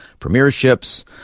premierships